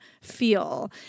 feel